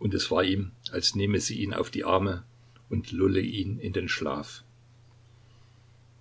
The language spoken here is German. und es war ihm als nehme sie ihn auf die arme und lulle ihn in den schlaf